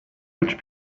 which